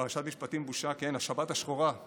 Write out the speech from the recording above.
"פרשת משפטים, בושה", כן, השבת השחורה.